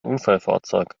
unfallfahrzeug